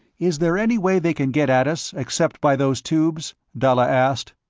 is there any way they can get at us, except by those tubes? dalla asked.